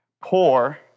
poor